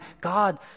God